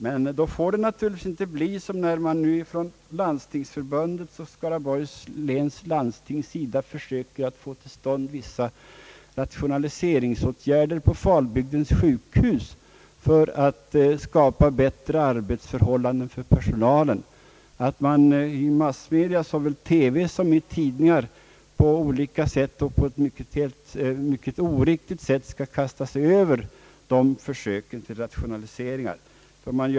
Det får dock inte bli så som när Landstingsförbundet och Skaraborgs läns landsting försöker få till stånd vissa rationaliseringsåtgärder vid Falbygdens sjukhus för att skapa bättre arbetsförhållanden för personalen, nämligen att man i massmedia, såväl i tidningar som i TV, på ett mycket oriktigt sätt kastar sig över dessa försök till rationalisering.